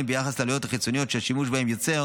ביחס לעלויות החיצוניות שהשימוש בהם יוצר